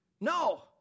No